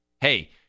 hey